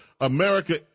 America